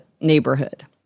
neighborhood